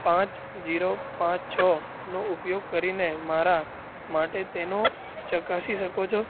પાંચ ઝીરો પાંચ છ નો ઉપયોગ કરીને મારા માટે તેને ચકાસી શકો છો